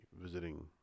visiting